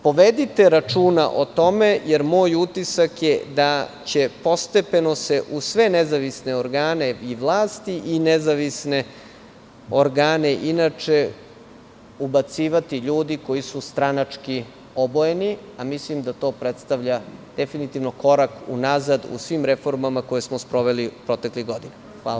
Povedite računa o tome jer moj utisak je da će se postepeno u sve nezavisne organe i vlasti i nezavisne organe inače ubacivati ljudi koji su stranački obojeni, a mislim da je to korak unazad u svim reformama koje smo sproveli proteklih godina.